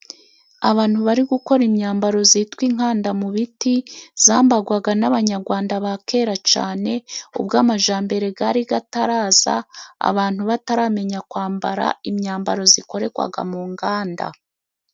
Abantu bari gukora imyambaro zitwa inkanda mu biti zambagwaga n'abanyagwanda ba kera cane ubwo amajambere gari gataraza abantu bataramenya kwambara imyambaro zikoregwaga mu nganda.